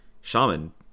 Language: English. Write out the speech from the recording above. Shaman